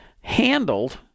handled